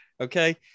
Okay